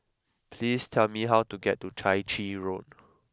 please tell me how to get to Chai Chee Road